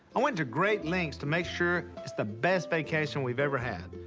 i went to great lengths to make sure it's the best vacation we've ever had.